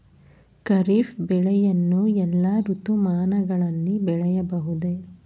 ಖಾರಿಫ್ ಬೆಳೆಯನ್ನು ಎಲ್ಲಾ ಋತುಮಾನಗಳಲ್ಲಿ ಬೆಳೆಯಬಹುದೇ?